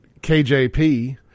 KJP